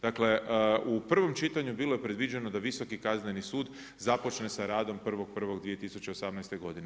Dakle u provom čitanju bilo je predviđeno da Visoki kazneni sud započne sa radom 1.1.2018. godine.